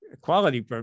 quality